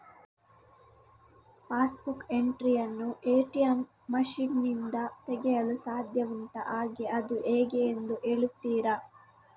Pass book entry ಯನ್ನು ATM machine ನಿಂದ ತೆಗೆಯಲು ಸಾಧ್ಯ ಉಂಟಾ ಹಾಗೆ ಅದು ಹೇಗೆ ಎಂದು ಹೇಳುತ್ತೀರಾ?